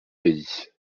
pays